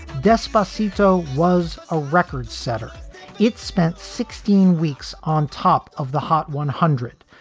despacito was a record setter it spent sixteen weeks on top of the hot one hundred,